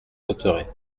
cotterêts